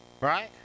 right